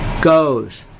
Goes